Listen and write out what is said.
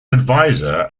advisor